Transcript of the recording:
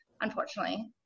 unfortunately